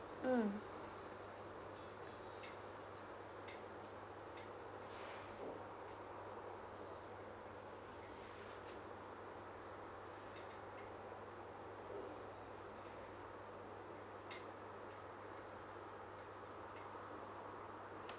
mm